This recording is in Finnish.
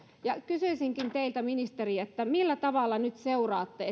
kysyisinkin teiltä ministeri millä tavalla nyt seuraatte